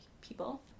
people